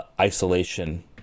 isolation